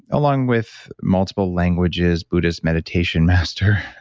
along with multiple languages, buddhist meditation master,